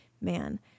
man